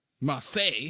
Marseille